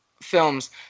films